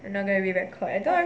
I'm not going to re-record